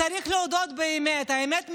צריך להודות באמת, האמת מכוערת,